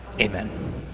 Amen